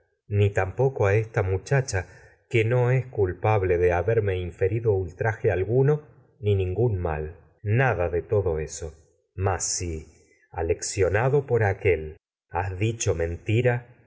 loca tampoco a esta muchacha culpable de haberme inferido ultraje alguno si aleccionado api'endiste que en ni ningún mal nada de todo eso mas por aquél s has dicho has mentira